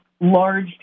large